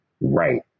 right